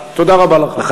תודה רבה לכם.